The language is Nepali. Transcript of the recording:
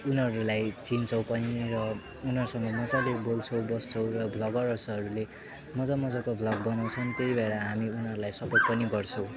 उनीहरूलाई चिन्छौँ पनि र उनीहरूसँग मज्जाले बोल्छौँ बस्छौँ र भ्लगर्सहरूले मज्जा मज्जाको भ्लग बनाउँछन् त्यही भएर हामी उनीहरूलाई सपोर्ट पनि गर्छौँ